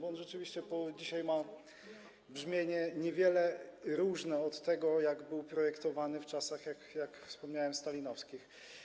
On rzeczywiście dzisiaj ma brzmienie niewiele różniące się od tego, w jakim był projektowany w czasach, jak wspomniałem, stalinowskich.